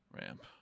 Ramp